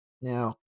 Now